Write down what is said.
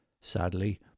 Sadly